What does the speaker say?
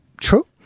true